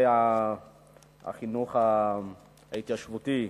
החינוך ההתיישבותי.